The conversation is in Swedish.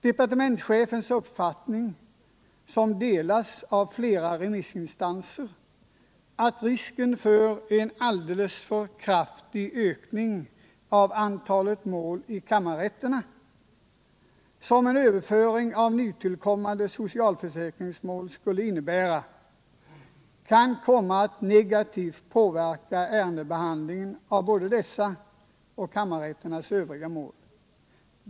Departementschefens uppfattning, som delas av flera remissinstanser, är att en överföring av Nr 55 nytillkommande social försäkringsmål skulle innebära risk för en alldeles för kraftig ökning av antalet mål i kammarrätterna, vilken kunde komma att negativt påverka ärendebehandlingen i både dessa och kammarrätternas övriga mål.